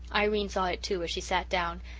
irene saw it too, as she sat down,